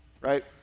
right